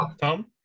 Tom